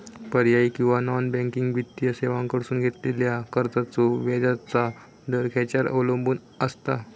पर्यायी किंवा non banking वित्तीय सेवांकडसून घेतलेल्या कर्जाचो व्याजाचा दर खेच्यार अवलंबून आसता?